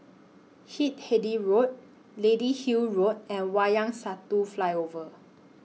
Hindhede Road Lady Hill Road and Wayang Satu Flyover